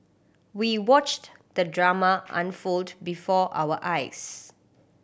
we watched the drama unfold before our eyes